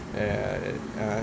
err